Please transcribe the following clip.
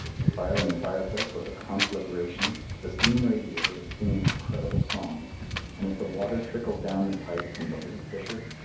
the fire in the fireplace was a conflagration the steam radiator was singing a credible song and as the water trickled down the pipe from the little fissure,